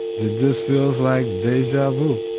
it just feels like deja vu